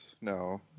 No